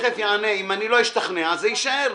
אם לא אשתכנע, זה יישאר.